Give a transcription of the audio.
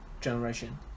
generation